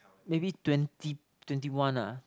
maybe twenty twenty one ah